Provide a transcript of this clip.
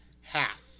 half